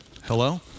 Hello